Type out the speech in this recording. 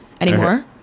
anymore